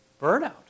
Burnout